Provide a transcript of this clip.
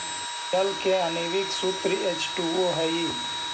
जल के आण्विक सूत्र एच टू ओ हई